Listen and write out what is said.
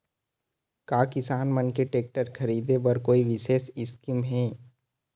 का किसान मन के टेक्टर ख़रीदे बर कोई विशेष स्कीम हे?